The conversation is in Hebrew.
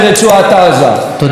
זו צורת המנהיגות שלך.